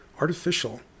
artificial